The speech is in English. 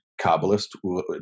Kabbalist